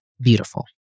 beautiful